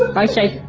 i said,